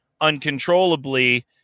uncontrollably